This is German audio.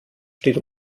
steht